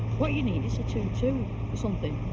what you need is a two two, or something.